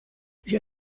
durch